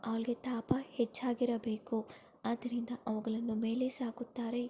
ಅವ್ಗಳಿಗೆ ತಾಪ ಹೆಚ್ಚಾಗಿರಬೇಕು ಆದ್ದರಿಂದ ಅವುಗಳನ್ನು ಮೇಲೆ ಸಾಕುತ್ತಾರೆ